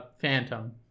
Phantom